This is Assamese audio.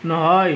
নহয়